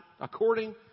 according